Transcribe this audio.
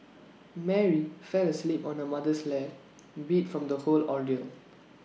Mary fell asleep on her mother's lap beat from the whole ordeal